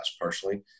personally